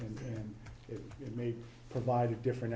and it may provide a different